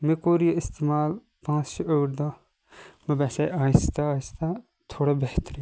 مےٚ کوٚر یہِ اِستعمال پانٛژھ شیٚے ٲٹھۍ دۄہ مےٚ باسے آیِستہ آیِستہ تھوڑا بہتری